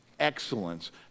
excellence